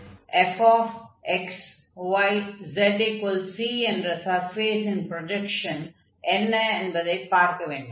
ஆகையால் முதலில் fx y zC என்ற சர்ஃபேஸின் ப்ரொஜக்ஷன் என்ன என்பதைப் பார்க்க வேண்டும்